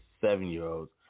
seven-year-olds